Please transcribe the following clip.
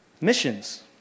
missions